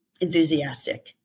enthusiastic